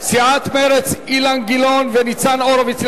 סיעת מרצ, אילן גילאון וניצן הורוביץ,